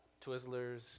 Twizzlers